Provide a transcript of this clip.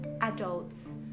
adults